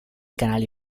canali